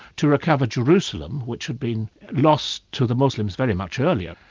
to recover jerusalem which had been lost to the muslims, very much earlier.